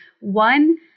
one